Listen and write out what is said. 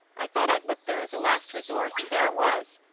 i thought i'd look there, as a last resource, and there it was.